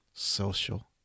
Social